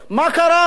מה קרה?